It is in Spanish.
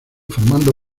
formando